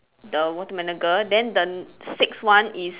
the watermelon girl then the six one is